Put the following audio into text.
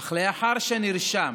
אך לאחר שנרשם,